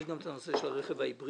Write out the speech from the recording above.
יש גם את הנושא של הרכב ההיברידי